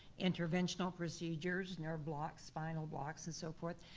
interventional procedures, nerve blocks, spinal blocks and so forth,